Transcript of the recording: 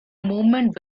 moment